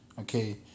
Okay